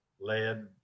lead